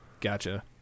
Gotcha